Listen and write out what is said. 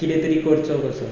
कितें तरी करचो कसो